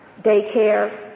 daycare